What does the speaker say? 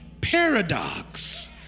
paradox